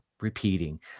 repeating